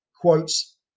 quotes